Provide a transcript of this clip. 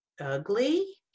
ugly